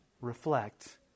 reflect